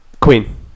Queen